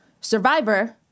Survivor